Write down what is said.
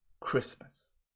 Christmas